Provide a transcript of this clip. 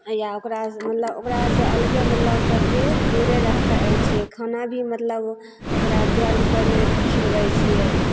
या ओकरासे मतलब ओकरा आओरसे अलगे मतलब सबचीज दूरे रखै छिए खाना भी मतलब ओकरा जरमे कोइ नहि खिलबै छिए